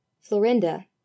Florinda